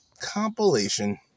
compilation